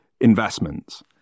investments